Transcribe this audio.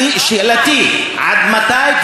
שאלתי: עד מתי,